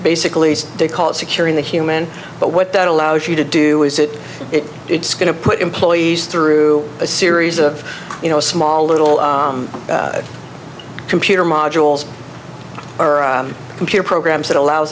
basically they call it securing the human but what that allows you to do is that it's going to put employees through a series of you know small little computer modules or computer programs that allows